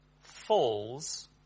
falls